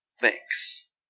Thanks